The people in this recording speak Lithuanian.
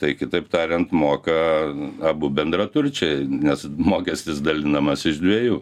tai kitaip tariant moka abu bendraturčiai nes mokestis dalinamas iš dviejų